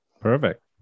Perfect